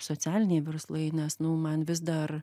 socialiniai verslai nes nu man vis dar